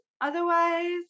otherwise